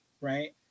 Right